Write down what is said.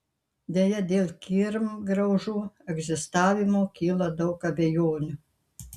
deja dėl kirmgraužų egzistavimo kyla daug abejonių